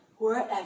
Wherever